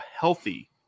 healthy